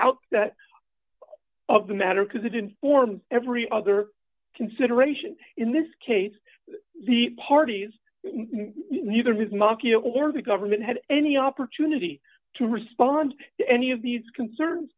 outset of the matter because it informs every other consideration in this case the parties either with marcie or the government had any opportunity to respond to any of these concerns